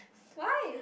why